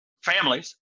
families